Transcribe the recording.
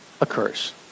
occurs